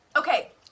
Okay